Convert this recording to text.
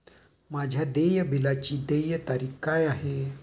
माझ्या देय बिलाची देय तारीख काय आहे?